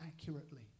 accurately